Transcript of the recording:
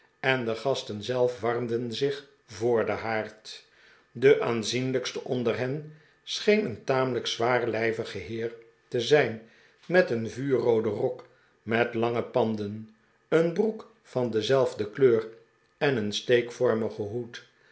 en de gasten zelf warmden zich voor den haard de aanzienlijkste onder hen scheen een tamelijk zwaarlijvig heer te zijn met een vuurrooden rok met lange panden een broek van dezelfde kleur en een steekvormigen hoed